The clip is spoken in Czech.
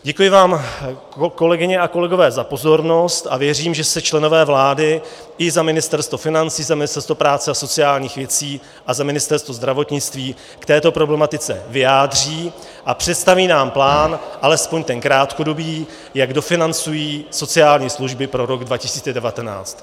Děkuji vám, kolegyně a kolegové, za pozornost a věřím, že se členové vlády i za Ministerstvo financí, za Ministerstvo práce a sociálních věcí a za Ministerstvo zdravotnictví k této problematice vyjádří a představí nám plán, alespoň ten krátkodobý, jak dofinancují sociální služby pro rok 2019.